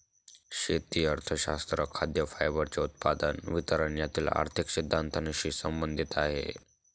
शेती अर्थशास्त्र खाद्य, फायबरचे उत्पादन, वितरण यातील आर्थिक सिद्धांतानशी संबंधित आहे